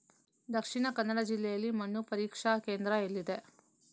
ದಕ್ಷಿಣ ಕನ್ನಡ ಜಿಲ್ಲೆಯಲ್ಲಿ ಮಣ್ಣು ಪರೀಕ್ಷಾ ಕೇಂದ್ರ ಎಲ್ಲಿದೆ?